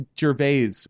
gervais